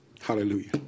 Hallelujah